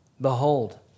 behold